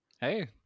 Hey